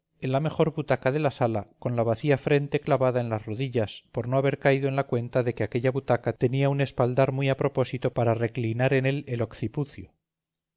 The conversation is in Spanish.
en la mejor butaca de la sala con la vacía frente clavada en las rodillas por no haber caído en la cuenta de que aquella butaca tenía un espaldar muy a propósito para reclinar en él el occipucio